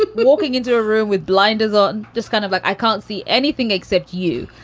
but walking into a room with blinders on and just kind of like, i can't see anything except you.